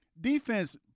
defense